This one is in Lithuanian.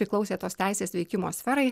priklausė tos teisės veikimo sferai